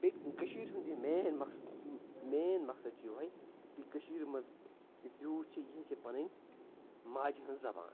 بیٚیہِ کٔشیٖرِ ہُنٛد یہِ مین مَقصد مین مَقصد چھُ یِہَے کہِ کٔشیٖرِ منٛز یُس یوٗتھ چھُ یہِ ہیٚچھِ ہے پَنٕنۍ ماجہِ ہٕنٛز زَبان